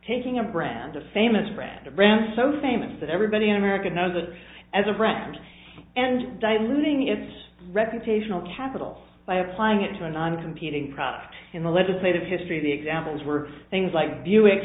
taking a brand a famous brand a brand so famous that everybody in america knows it as a friend and diluting its reputational capital by applying it to a non competing product in the legislative history the examples were things like buick